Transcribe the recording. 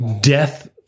death